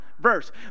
verse